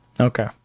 okay